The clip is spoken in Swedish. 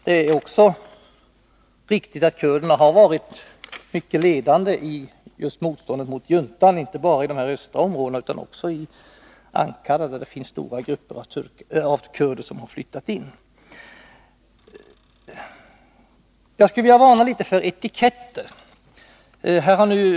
De har ju också varit mycket ledande just när det gällt motståndet mot juntan, inte bara i de östra områdena, utan också i Ankara, dit stora grupper kurder har flyttat in. Jag skulle vilja varna litet för etiketter.